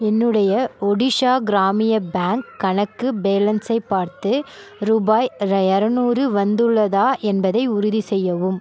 என்னுடைய ஒடிஷா கிராமிய பேங்க் கணக்கு பேலன்ஸை பார்த்து ரூபாய் ர இரநூறு வந்துள்ளதா என்பதை உறுதிசெய்யவும்